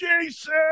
Jason